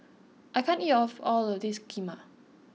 I can't eat of all of this Kheema